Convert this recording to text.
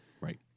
Right